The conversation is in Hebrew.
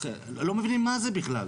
לא מבינים מה זה בכלל.